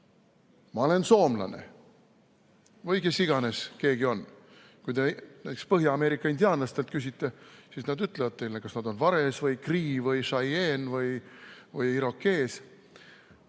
ma olen soomlane või kes iganes keegi on. Kui te näiteks Põhja-Ameerika indiaanlastelt küsite, siis nad ütlevad teile, kas nad on vares või krii või šaieen või irokees.